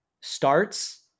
Starts